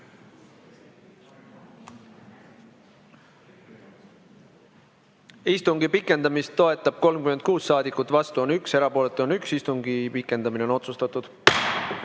Istungi pikendamist toetab 36 saadikut, vastu on 1, erapooletu on 1. Istungi pikendamine on otsustatud. Läheme